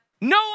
No